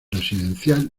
residencial